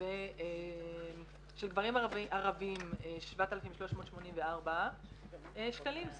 ₪ ושל גברים ערבים 7384 ₪.